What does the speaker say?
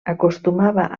acostumava